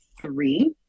three